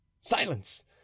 silence